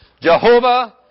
Jehovah